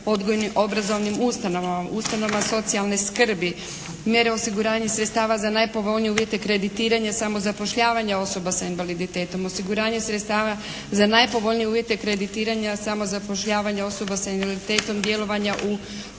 odgojnim obrazovnim ustanovama, ustanovama socijalne skrbi, mjere osiguranja sredstava za najpovoljnije uvjete kreditiranja samozapošljavanja osoba s invaliditetom, osiguranje sredstava za najpovoljnije uvjete kreditiranja samozapošljavanja osoba s invaliditetom djelovanja u